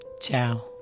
Ciao